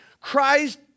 Christ